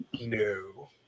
No